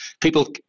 people